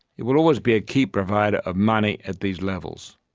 it will always be a key provider of money at these levels.